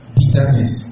bitterness